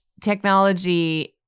technology